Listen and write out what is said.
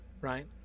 right